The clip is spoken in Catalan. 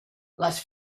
les